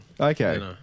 Okay